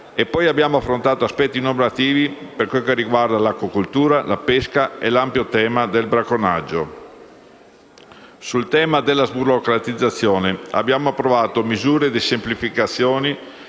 e abbiamo poi affrontato aspetti normativi per quel che riguarda l'acquacoltura, la pesca e l'ampio tema del bracconaggio. Sul tema della sburocratizzazione abbiamo approvato misure di semplificazione